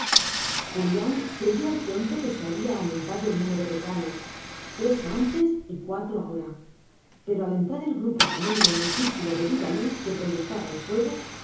julián creyó al pronto que se había aumentado el número de canes tres antes y cuatro ahora pero al entrar el grupo canino en el círculo de viva luz que proyectaba el fuego